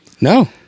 no